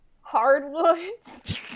hardwoods